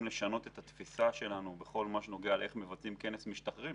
לשנות את התפיסה שלנו לגבי איך מבצעים כנס משתחררים.